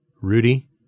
Rudy